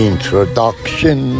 Introduction